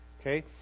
Okay